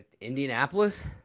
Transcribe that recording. Indianapolis